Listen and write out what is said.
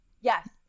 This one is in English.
Yes